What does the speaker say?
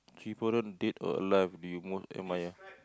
chaperone dead or alive do you most admire